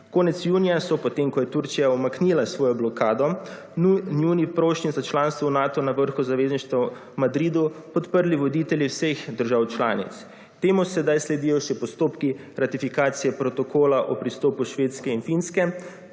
Konec junija so, potem ko je Turčija umaknila svojo blokado njuni prošnji za članstvo v Nato na vrhu zavezništva v Madridu podprli voditelji vseh držav članic. Temu sedaj sledijo še postopki ratifikacije protokola o pristopu Švedske in Finske